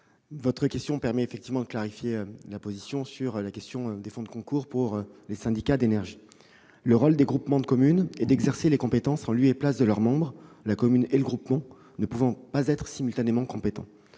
la position du Gouvernement sur l'utilisation du mécanisme des fonds de concours par les syndicats d'énergie. Le rôle des groupements de communes est d'exercer les compétences en lieu et place de leurs membres, la commune et le groupement ne pouvant pas être simultanément compétents.